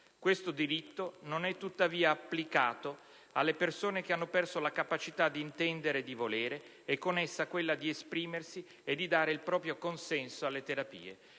Questo diritto non è tuttavia applicato alle persone che hanno perso la capacità di intendere e di volere e con essa quella di esprimersi e di dare il proprio consenso alle terapie.